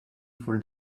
for